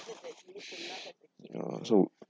ya so